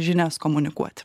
žinias komunikuot